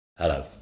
Hello